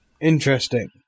Interesting